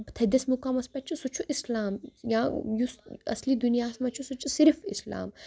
تھٔدِس مُقامَس پٮ۪ٹھ چھُ سُہ چھُ اِسلام یا یُس اَصٕلی دُنیاہَس منٛز چھُ سُہ چُھ صرف اِسلام